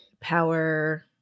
power